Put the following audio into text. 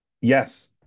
yes